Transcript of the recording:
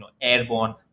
airborne